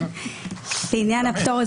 לעניין הפטור,